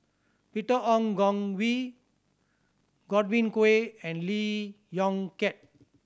Peter Ong Goon Kwee Godwin Koay and Lee Yong Kiat